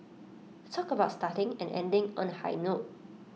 talk about starting and ending on A high note